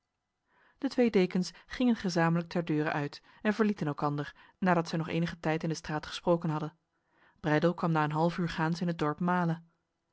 de twee dekens gingen gezamenlijk ter deure uit en verlieten elkander nadat zij nog enige tijd in de straat gesproken hadden breydel kwam na een halfuur gaans in het dorp male